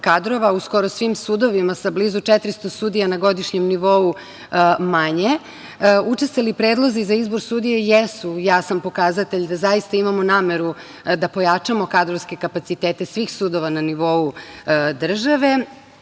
kadrova u skoro svim sudovima sa blizu 400 sudija na godišnjem nivou manje, učestali predlozi za izbor sudija jesu, ja sam pokazatelj da zaista imamo nameru da pojačamo kadrovske kapacitete svih sudova na nivou države